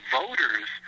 voters